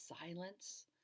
silence